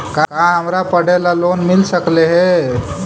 का हमरा पढ़े ल लोन मिल सकले हे?